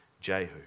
Jehu